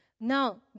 Now